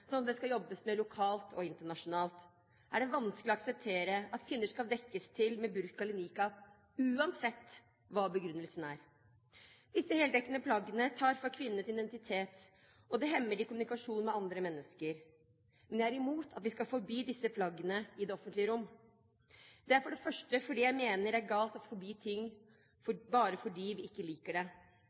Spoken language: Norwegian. det skal jobbes med lokalt og internasjonalt, er det vanskelig å akseptere at kvinner skal dekkes til med burka eller niqab, uansett hva begrunnelsen er. Disse heldekkende plaggene tar fra kvinnene deres identitet, og de hemmer dem i kommunikasjon med andre mennesker, men jeg er imot at vi skal forby disse plaggene i det offentlige rom. Det er for det første fordi jeg mener det er galt å forby ting bare fordi vi ikke liker det.